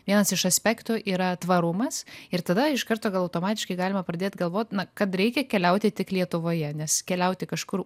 vienas iš aspektų yra tvarumas ir tada iš karto gal automatiškai galima pradėt galvot kad reikia keliauti tik lietuvoje nes keliauti kažkur